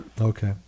Okay